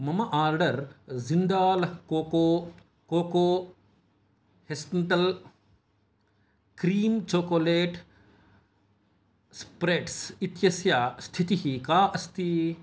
मम order Jindal cocoa cocoa hazelnut cream chocolate spreads इत्यस्य स्थितिः का अस्ति